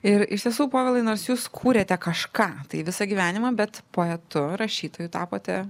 ir iš tiesų povilai nors jūs kūrėte kažką tai visą gyvenimą bet poetu rašytoju tapote